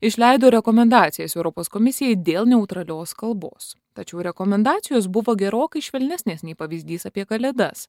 išleido rekomendacijas europos komisijai dėl neutralios kalbos tačiau rekomendacijos buvo gerokai švelnesnės nei pavyzdys apie kalėdas